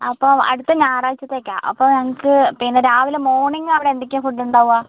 അപ്പം അടുത്ത ഞായറാഴ്ച്ചത്തേക്കാണ് അപ്പ ഞങ്ങൾക്ക് പിന്നെ രാവിലെ മോണിംഗ് അവിടെ എന്തൊക്കെയാണ് ഫുഡ് ഉണ്ടാവുക